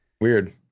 weird